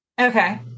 Okay